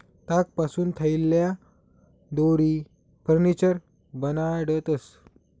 तागपासून थैल्या, दोरी, फर्निचर बनाडतंस